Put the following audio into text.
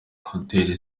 hoteli